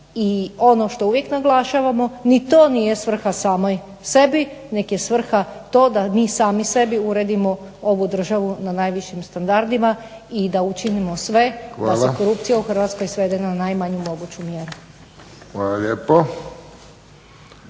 I ono što uvijek naglašavamo, ni to nije svrha samoj sebi nego je svrha to da mi sami sebi uredimo ovu državu na najvišim standardima i da učinimo sve da se korupcija u Hrvatskoj svede na najmanju moguću mjeru. **Friščić,